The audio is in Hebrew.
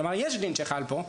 כלומר יש דין שחל פה.